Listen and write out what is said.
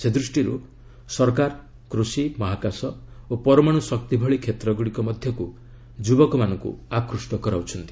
ସେ ଦୃଷ୍ଟିର୍ ସରକାର କୃଷି ମହାକାଶ ଓ ପରମାଣୁ ଶକ୍ତି ଭଳି କ୍ଷେତ୍ରଗୁଡ଼ିକ ମଧ୍ୟକୁ ଯୁବକମାନଙ୍କୁ ଆକୃଷ୍ଟ କରାଉଛନ୍ତି